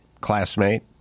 classmate